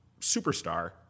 superstar